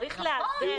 צריך ליצור